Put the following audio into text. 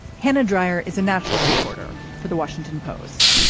hannah dreier is a national reporter for the washington post.